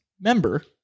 member